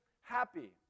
happy